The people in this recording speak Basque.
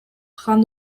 jan